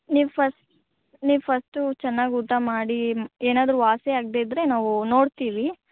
ನೀವು ಫಸ್ ನೀವು ಫಸ್ಟು ಚೆನ್ನಾಗಿ ಊಟ ಮಾಡಿ ಏನಾದ್ರೂ ವಾಸಿ ಆಗದೆಯಿದ್ರೆ ನಾವು ನೋಡ್ತೀವಿ